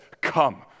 come